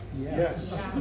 Yes